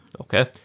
okay